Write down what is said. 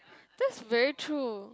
that is very true